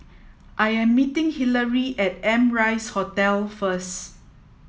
I am meeting Hillery at Amrise Hotel first